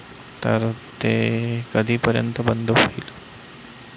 तर ते कधीपर्यंत बंद होईल